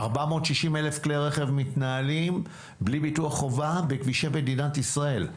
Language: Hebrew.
460,000 כלי רכב מתנהלים בלי ביטוח חובה בכבישי מדינת ישראל.